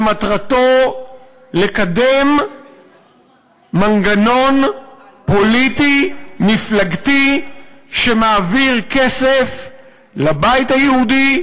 שמטרתו לקדם מנגנון פוליטי מפלגתי שמעביר כסף לבית היהודי,